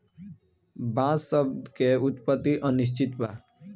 बांस शब्द के उत्पति अनिश्चित बा